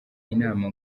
inama